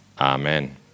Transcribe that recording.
Amen